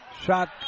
shot